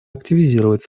активизировать